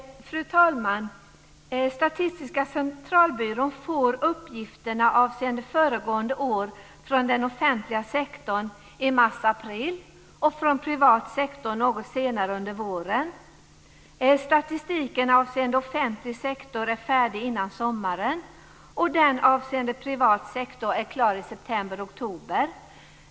Fru talman! SCB får uppgifterna avseende föregående år från den offentliga sektorn i mars oktober.